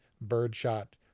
birdshot